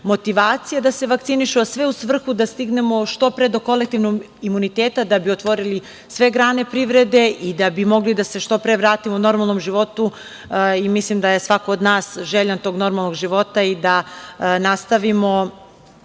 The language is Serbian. da se vakcinišu, a sve u svrhu da stignemo što pre do kolektivnog imuniteta da bi otvorili sve grane privrede i da bi mogli da se što pre vratimo normalnom životu. Mislim da je svako od nas željan tog normalnog života i da nastavimo